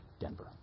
Denver